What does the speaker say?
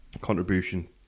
contribution